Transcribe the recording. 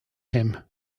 him